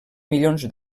milions